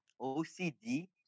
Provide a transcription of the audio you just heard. OCD